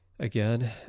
again